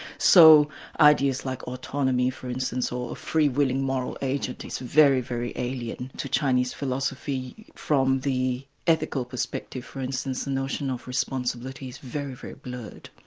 so ideas like autonomy, for instance, or a freewheeling moral agent, is very, very alien to chinese philosophy from the ethical perspective for instance, the notion of responsibility is very, very blurred.